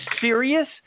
serious